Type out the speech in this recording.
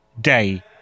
day